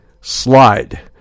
slide